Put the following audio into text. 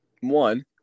one